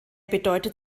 bedeutet